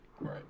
right